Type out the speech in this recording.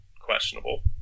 questionable